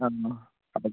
വരണോ